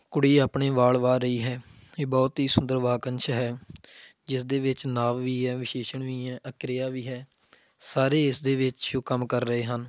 ਕੁੜੀ ਆਪਣੇ ਵਾਲ ਵਾਹ ਰਹੀ ਹੈ ਇਹ ਬਹੁਤ ਹੀ ਸੁੰਦਰ ਵਾਕੰਸ਼ ਹੈ ਜਿਸ ਦੇ ਵਿੱਚ ਨਾਵ ਵੀ ਹੈ ਵਿਸ਼ੇਸ਼ਣ ਵੀ ਹੈ ਅ ਕਿਰਿਆ ਵੀ ਹੈ ਸਾਰੇ ਇਸ ਦੇ ਵਿੱਚ ਜੋ ਕੰਮ ਕਰ ਰਹੇ ਹਨ